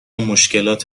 مشکلات